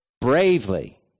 bravely